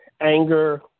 anger